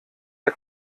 der